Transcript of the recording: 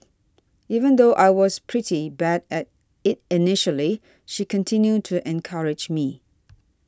even though I was pretty bad at it initially she continued to encourage me